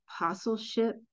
apostleship